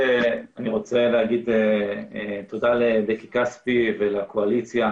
תודה לבקי כספי ולקואליציה.